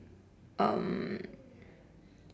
um